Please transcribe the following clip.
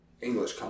English